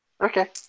Okay